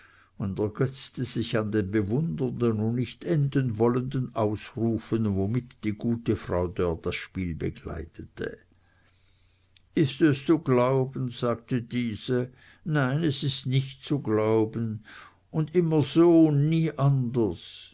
und ergötzte sich an den bewundernden und nicht enden wollenden ausrufen womit die gute frau dörr das spiel begleitete is es zu glauben sagte diese nein es is nicht zu glauben un immer so un nie anders